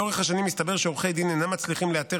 לאורך השנים הסתבר שעורכי דין אינם מצליחים לאתר